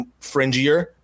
fringier